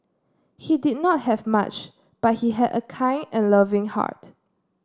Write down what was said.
he did not have much but he had a kind and loving heart